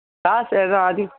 காசு எதும் அதி